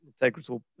integral